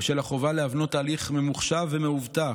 ובשל החובה להבנות תהליך ממוחשב ומאובטח,